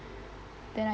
then I